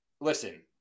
listen